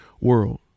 world